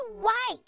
white